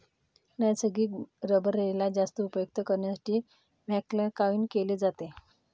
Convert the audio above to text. नैसर्गिक रबरेला जास्त उपयुक्त करण्यासाठी व्हल्कनाइज्ड केले जाते